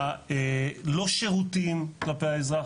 הלא שירותיים כלפי האזרח.